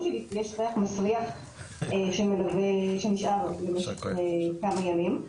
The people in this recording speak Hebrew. כי יש ריח מסריח שנשאר למשך כמה ימים.